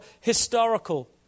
historical